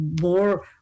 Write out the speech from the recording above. more